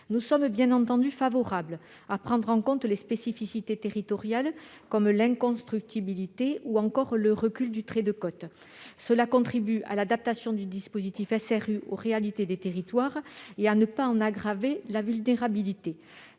Nous sommes bien entendu favorables à la prise en compte des spécificités territoriales, comme l'inconstructibilité ou le recul du trait de côte ; cela contribue à l'adaptation du dispositif SRU aux réalités des territoires et à ne pas aggraver la vulnérabilité